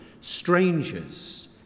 strangers